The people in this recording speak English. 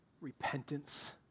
repentance